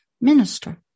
minister